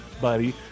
buddy